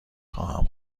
خواهم